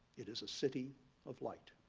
it is a city of light.